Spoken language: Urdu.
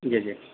جی جی